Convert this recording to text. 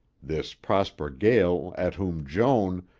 this prosper gael at whom joan,